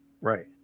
Right